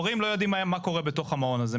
אבל ההורים לא יודעים מה קורה בתוך המעון הזה.